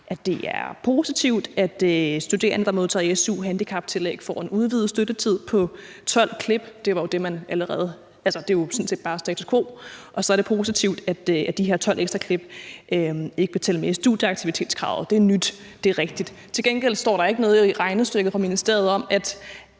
at det er positivt, at studerende, der modtager su med handicaptillæg, får en udvidet støttetid på 12 klip – det er jo sådan set bare status quo – og at det er positivt, at de her 12 ekstra klip ikke vil tælle med i studieaktivitetskravet. Det er nyt – det er rigtigt nok. Til gengæld står der ikke noget i regnestykket fra ministeriet om, at